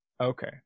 Okay